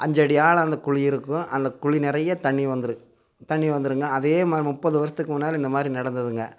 அஞ்சடி ஆழம் அந்தக் குழி இருக்கும் அந்தக் குழி நிறைய தண்ணி வந்துடும் தண்ணி வந்துடுங்க அதேமாதிரி முப்பது வருஷத்துக்கு முன்னால் இந்தமாதிரி நடந்ததுங்க